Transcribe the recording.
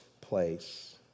place